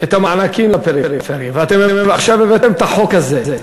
את המענקים לפריפריה, ועכשיו הבאתם את החוק הזה,